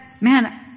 Man